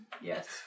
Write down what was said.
Yes